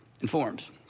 informs